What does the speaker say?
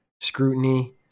scrutiny